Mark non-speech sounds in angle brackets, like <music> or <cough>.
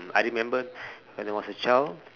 I remember <breath> when I was a child